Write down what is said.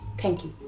thank you.